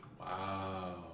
Wow